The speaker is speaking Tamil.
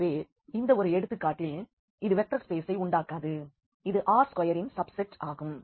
எனவே இந்த ஒரு எடுத்துக்காட்டில் இது வெக்டர் ஸ்பேசை உண்டாக்காது இது R ஸ்கொயரின் சப்செட் ஆகும்